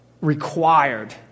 required